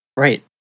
Right